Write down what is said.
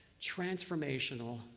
transformational